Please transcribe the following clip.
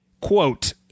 Quote